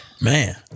Man